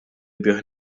bih